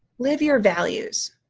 live your values.